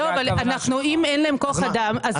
לא, אבל אם אין להם כוח אדם אז